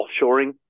offshoring